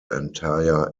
entire